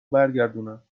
برگردونم